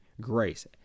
grace